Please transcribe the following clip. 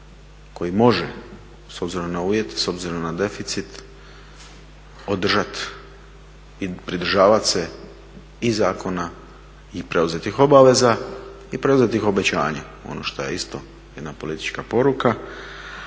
koji može s obzirom na uvjete, s obzirom na deficit održati i pridržavati se i zakona i preuzetih obaveza i preuzetih obećanja ono što je isto jedna politička poruka.